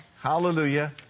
Hallelujah